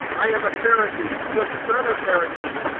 i am a pharisee, the son of pharisees.